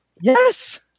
Yes